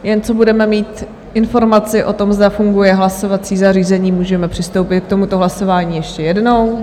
Jen co budeme mít informaci o tom, zda funguje hlasovací zařízení, můžeme přistoupit k tomuto hlasování ještě jednou.